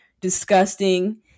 disgusting